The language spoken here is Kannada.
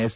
ಎಸ್